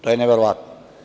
To je neverovatno.